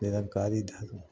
निरंकारी धर्म